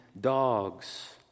dogs